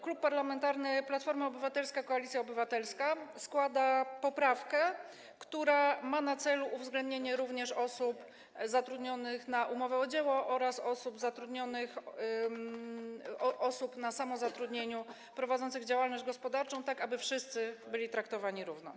Klub Parlamentarny Platforma Obywatelska - Koalicja Obywatelska składa poprawkę, która ma na celu uwzględnienie również osób zatrudnionych na umowę o dzieło oraz osób samozatrudnionych, prowadzących działalność gospodarczą, tak aby wszyscy byli traktowani równo.